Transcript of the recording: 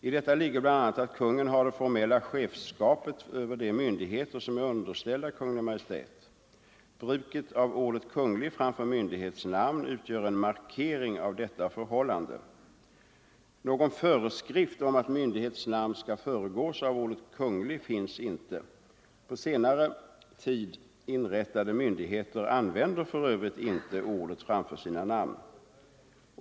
I detta ligger bl.a. att kungen har det formella chefskapet över de myndigheter som är underställda Kungl. Maj:t. Bruket av ordet ”Kunglig” framför myndighets namn utgör en markering av detta förhållande. Någon föreskrift om att myndighets namn skall föregås av ordet ”Kunglig” finns inte. På senare tid inrättade myndigheter använder för övrigt inte ordet framför sina namn.